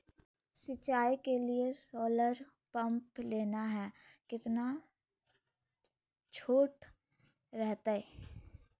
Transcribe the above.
सिंचाई के लिए सोलर पंप लेना है कितना छुट रहतैय?